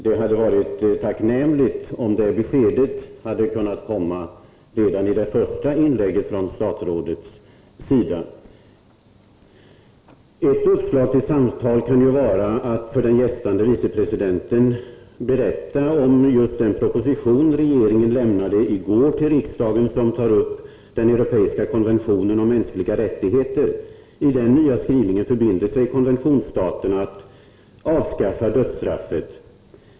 Det hade varit tacknämligt om det beskedet hade kunnat komma redan i det första inlägget från statsrådets sida. Ett uppslag till samtalsämne kan vara att för den gästande vicepresidenten berätta om just den proposition som regeringen i går lämnade till riksdagen och som tar upp den europeiska konventionen om mänskliga rättigheter. I den nya skrivningen förbinder sig konventionsstaterna att avskaffa dödsstraffet.